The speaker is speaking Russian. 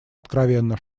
откровенно